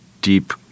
deep